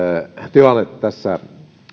tilanne tulee nimenomaan epävarmemmaksi tässä